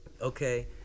okay